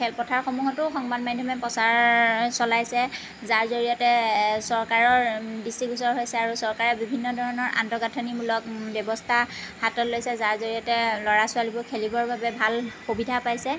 খেলপথাৰসমূহতো সংবাদ মাধ্যমে প্ৰচাৰ চলাইছে যাৰ জৰিয়তে চৰকাৰৰ দৃষ্টিগোচৰ হৈছে আৰু চৰকাৰে বিভিন্ন ধৰণৰ আন্তগাঁথনিমূলক ব্যৱস্থা হাতত লৈছে যাৰ জৰিয়তে ল'ৰা ছোৱালীবোৰ খেলিবৰ বাবে ভাল সুবিধা পাইছে